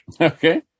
Okay